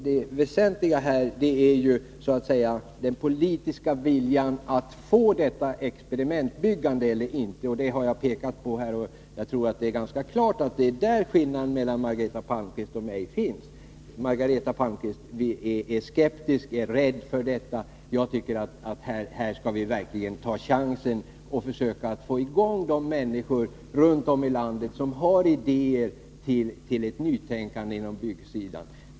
Det väsentliga är om man har den politiska viljan att få till stånd ett experimentbyggande eller inte, och jag tror att det är ganska klart att det är där skillnaden mellan Margareta Palmqvist och mig finns. Margareta Palmqvist är rädd för experiment, medan jag tycker att här skall vi verkligen ta chansen att försöka få i gång de människor runt om i landet som har idéer till ett nytänkande på byggsidan.